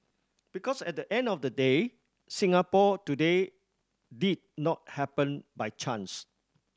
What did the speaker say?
because at the end of the day Singapore today did not happen by chance